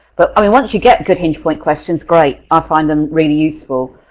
but i mean once you get good hinge point questions, great, i find them really useful